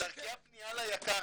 דרכי הפנייה ליק"ר,